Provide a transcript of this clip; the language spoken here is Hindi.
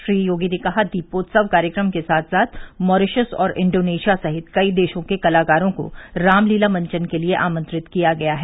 श्री योगी ने कहा दीपोत्सव कार्यक्रम के साथ साथ मॉरीशस और इन्डोनेशिया सहित कई देशों के कलाकारों को रामलीला मंचन के लिये आमंत्रित किया गया है